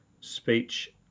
speech